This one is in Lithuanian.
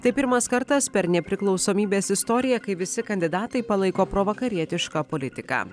tai pirmas kartas per nepriklausomybės istoriją kai visi kandidatai palaiko provakarietišką politiką